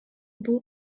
бул